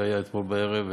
אתמול בערב.